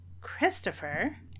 Christopher